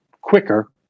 quicker